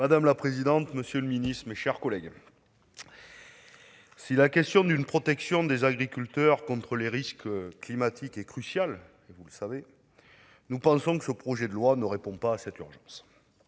Madame la présidente, monsieur le ministre, mes chers collègues, si la question d'une protection des agriculteurs contre les risques climatiques est cruciale, nous pensons que ce projet de loi ne répond pas à cette urgence.